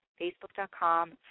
Facebook.com